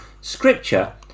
Scripture